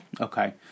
Okay